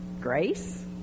Grace